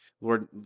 Lord